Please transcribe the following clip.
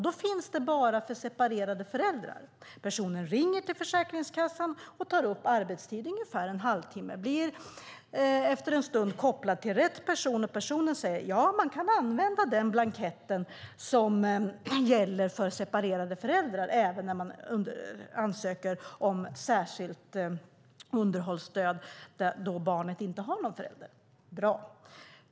Det finns enbart en för separerade föräldrar. Personen ringer till Försäkringskassan och blir efter en stund kopplad till rätt person och får beskedet att man kan använda den blankett som gäller för separerade föräldrar även när man ansöker om särskilt underhållsstöd då barnet inte har någon förälder. Bra! Det tar ungefär en halvtimmes arbetstid.